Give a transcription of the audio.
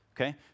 okay